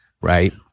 Right